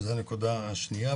זו נקודה שניה.